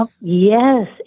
yes